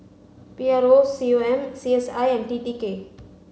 P R O C O M C S I and T T K